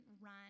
run